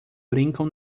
brincam